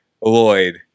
Lloyd